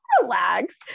relax